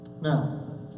Now